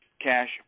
cash